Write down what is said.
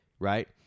Right